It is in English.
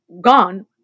gone